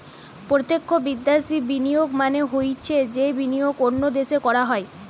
প্রত্যক্ষ বিদ্যাশি বিনিয়োগ মানে হৈছে যেই বিনিয়োগ অন্য দেশে করা হয়